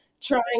trying